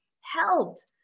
helped